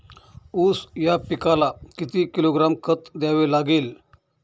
ऊस या पिकाला किती किलोग्रॅम खत द्यावे लागेल?